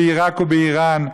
בעיראק ובאיראן?